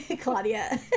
Claudia